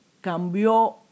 cambió